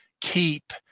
keep